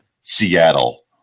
Seattle